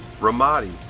Ramadi